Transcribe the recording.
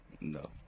No